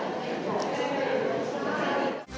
Hvala